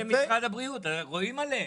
הם ממשרד הבריאות, רואים עליהם.